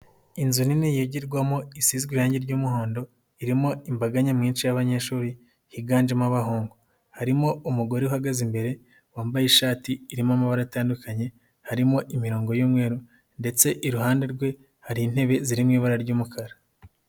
Inzu nini yigirwamo isizwe irangi ry'umuhondo irimo imbaga nyamwinshi y'abanyeshuri higanjemo abahungu, harimo umugore uhagaze imbere wambaye ishati irimo amabara atandukanye harimo imirongo y'umweru ndetse iruhande rwe hari intebe ziri mu ibara ry'umukara.